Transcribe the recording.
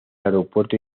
aeropuerto